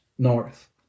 North